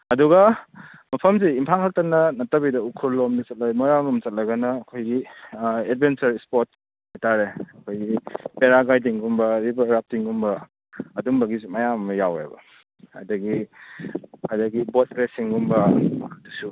ꯑꯗꯨꯒ ꯃꯐꯝꯁꯤ ꯏꯝꯐꯥꯜ ꯉꯥꯛꯇꯅ ꯅꯠꯇꯕꯤꯗ ꯎꯈ꯭ꯔꯨꯜꯂꯣꯝꯗ ꯆꯠꯂꯒꯅ ꯃꯣꯏꯔꯥꯡꯂꯣꯝ ꯆꯠꯂꯒꯅ ꯑꯩꯈꯣꯏꯒꯤ ꯑꯦꯗꯚꯦꯟꯆꯔ ꯏꯁꯄꯣꯔꯠꯁ ꯍꯥꯏꯇꯥꯔꯦ ꯑꯩꯈꯣꯏꯒꯤ ꯄꯦꯔꯥꯒ꯭ꯂꯥꯏꯗꯤꯡꯒꯨꯝꯕ ꯔꯤꯚꯔ ꯔꯥꯐꯇꯤꯡꯒꯨꯝꯕ ꯑꯗꯨꯝꯕꯒꯤꯁꯨ ꯃꯌꯥꯝ ꯑꯃ ꯌꯥꯎꯋꯦꯕ ꯑꯗꯒꯤ ꯑꯗꯒꯤ ꯕꯣꯠ ꯔꯦꯁꯤꯡꯒꯨꯝꯕ ꯑꯗꯨꯁꯨ